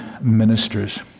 ministers